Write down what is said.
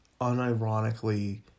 unironically